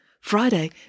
Friday